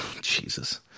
Jesus